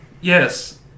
Yes